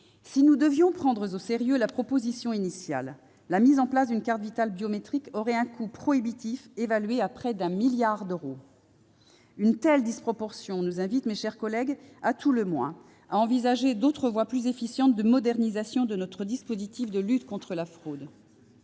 si nous devions prendre au sérieux la proposition initiale, la mise en place d'une carte Vitale biométrique aurait un coût prohibitif, évalué à près d'un milliard d'euros. Une telle disproportion nous invite, mes chers collègues, à envisager d'autres voies plus efficientes de modernisation de notre dispositif de lutte contre la fraude.